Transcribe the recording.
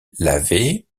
lavé